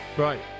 Right